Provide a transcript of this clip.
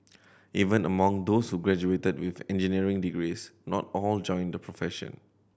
even among those who graduated with engineering degrees not all joined the profession